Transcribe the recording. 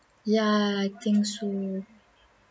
ya I think so